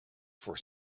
for